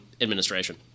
administration